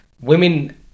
women